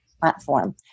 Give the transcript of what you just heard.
platform